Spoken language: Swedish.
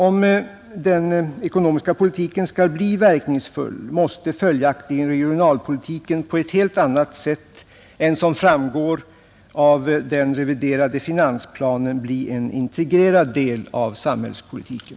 Om den ekonomiska politiken skall bli verkningsfull måste följaktligen regionalpolitiken på ett helt annat sätt än vad som framgår av den reviderade finansplanen bli en integrerad del av samhällspolitiken.